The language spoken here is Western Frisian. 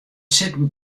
sitten